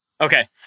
Okay